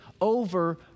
over